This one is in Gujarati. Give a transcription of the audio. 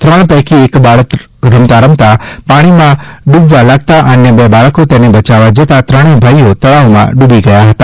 ત્રણેય પૈકી એક બાળક રમતાં રમતાં પાણીમાં ડૂબવા લાગતા અન્ય બે બાળકો તેને બયાવવા જતાં ત્રણેય ભાઇઓ તળાવમાં ડૂબી ગયા હતા